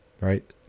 right